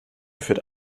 führt